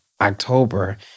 October